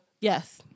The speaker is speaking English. Yes